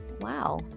wow